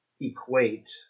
equate